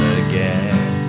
again